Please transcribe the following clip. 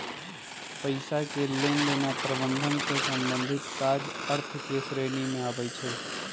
पइसा के लेनदेन आऽ प्रबंधन से संबंधित काज अर्थ के श्रेणी में आबइ छै